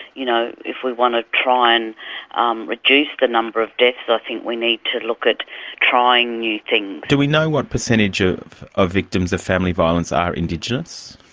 you know, if we want to try and um reduce the numbers of deaths, i think we need to look at trying new things. do we know what percentage of of victims of family violence are indigenous?